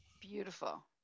beautiful